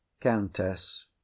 COUNTESS